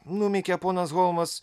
numykė ponas holmas